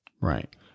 Right